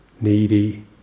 needy